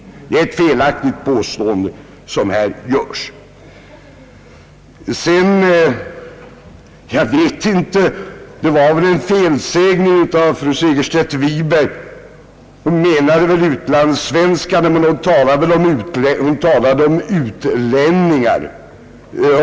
Det är felaktigt att påstå något sådant. Jag tror att det var en felsägning av fru Segerstedt Wiberg, när hon talade om »utlänningar». Hon menar väl utlandssvenskar.